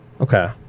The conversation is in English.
Okay